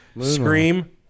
scream